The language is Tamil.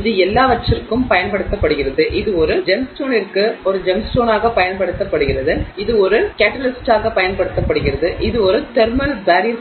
இது எல்லாவற்றிற்கும் பயன்படுத்தப்படுகிறது இது ஒரு ஜெம்ஸ்டோனிற்கு ஒரு ஜெம்ஸ்டோனாகப் பயன்படுத்தப்படுகிறது இது ஒரு கேட்டலிஸ்டாகப் பயன்படுத்தப்படுகிறது இது தெர்மல் பேரியர்